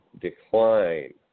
decline